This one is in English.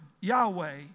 Yahweh